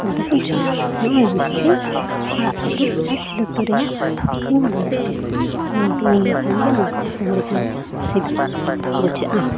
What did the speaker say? ᱚᱱᱟᱫᱚ ᱵᱚᱱ ᱡᱚᱢᱟ ᱱᱚᱜᱼᱚᱭ ᱱᱚᱝᱠᱟ ᱜᱮ ᱟᱲᱟᱜ ᱩᱛᱩ ᱟᱨ ᱪᱤᱞ ᱩᱛᱩ ᱨᱮᱭᱟᱜ ᱤᱧ ᱞᱟᱹᱭᱟᱜ ᱯᱮᱭᱟ ᱱᱤᱭᱟᱹᱠᱤᱱ ᱱᱤᱭᱟᱹ ᱠᱷᱟᱱᱜᱮ ᱱᱚᱝᱠᱟ ᱤᱥᱤᱱ ᱞᱮᱠᱷᱟᱱᱜᱮ ᱥᱤᱵᱤᱞ ᱵᱩᱡᱷᱟᱹᱜᱼᱟ